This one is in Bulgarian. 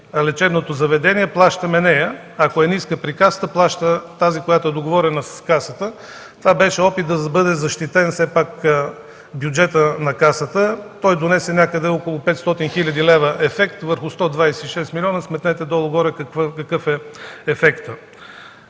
лечебното заведение – плащаме нея. Ако е ниска при Касата – плаща тази, която е договорена в Касата. Това беше опит, за да бъде защитен все пак бюджетът на Касата. Той донесе някъде около 500 хил. лв. ефект. Върху 126 милиона сметнете долу-горе какъв е ефектът.